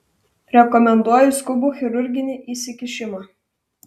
rekomenduoju skubų chirurginį įsikišimą